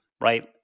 right